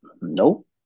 nope